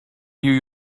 new